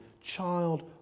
child